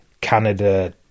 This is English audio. Canada